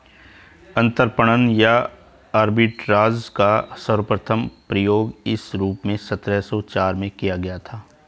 अंतरपणन या आर्बिट्राज का सर्वप्रथम प्रयोग इस रूप में सत्रह सौ चार में किया गया था